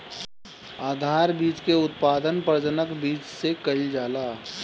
आधार बीज के उत्पादन प्रजनक बीज से कईल जाला